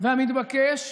והמתבקש